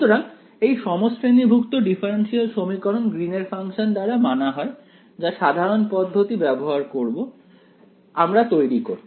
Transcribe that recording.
সুতরাং এই সমশ্রেণীভুক্ত ডিফারেনশিয়াল সমীকরণ গ্রীন এর ফাংশন দ্বারা মানা হয় যা সাধারণ পদ্ধতি ব্যবহার করবো আমরা তৈরি করতে